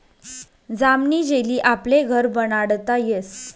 जामनी जेली आपले घर बनाडता यस